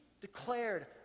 declared